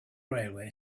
railway